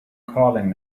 calling